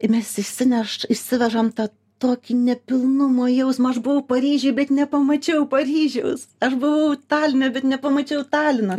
tai mes išsineš išsivežam tą tokį nepilnumo jausmą aš buvau paryžiuj bet nepamačiau paryžiaus aš buvau taline bet nepamačiau talino